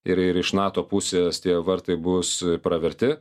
ir ir iš nato pusės tie vartai bus praverti